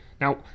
Now